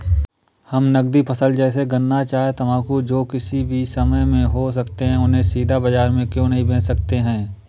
हम नगदी फसल जैसे गन्ना चाय तंबाकू जो किसी भी समय में हो सकते हैं उन्हें सीधा बाजार में क्यो नहीं बेच सकते हैं?